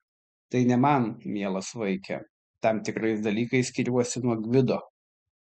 tai ne man mielas vaike tam tikrais dalykais skiriuosi nuo gvido